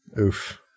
Oof